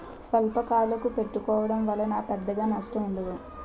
స్వల్పకాలకు పెట్టుకోవడం వలన పెద్దగా నష్టం ఉండదు